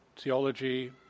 theology